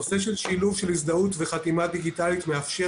נושא של שילוב של הזדהות וחתימה דיגיטלית מאפשר